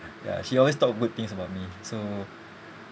ya she always talk good things about me so